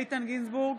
איתן גינזבורג,